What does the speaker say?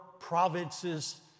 provinces